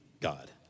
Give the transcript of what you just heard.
God